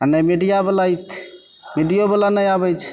आ नहि मीडिआबला ई छै मीडिओबला नहि आबैत छै